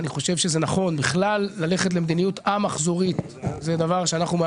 אני חושב שנכון ללכת למדיניות א-מחזורית זה אומר